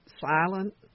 silent